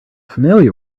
familiar